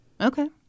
Okay